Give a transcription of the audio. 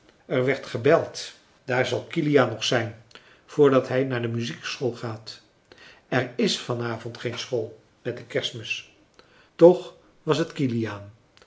er werd gebeld daar zal kiliaan nog zijn voordat hij naar de muziekschool gaat er is van avond geen school met de kerstmis toch was het kiliaan